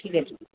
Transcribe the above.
ठीक आहे